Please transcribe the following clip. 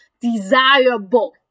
desirable